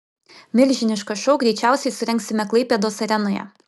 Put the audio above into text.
milžinišką šou greičiausiai surengsime klaipėdos arenoje